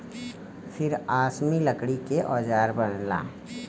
फिर आसमी लकड़ी के औजार बनला